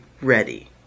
ready